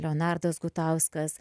leonardas gutauskas